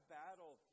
battle